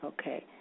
okay